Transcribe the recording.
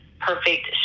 Perfect